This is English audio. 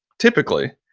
typically,